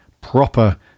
proper